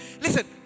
Listen